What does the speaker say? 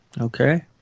Okay